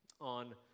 on